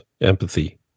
empathy